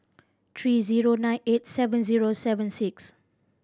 three zero nine eight seven zero seven six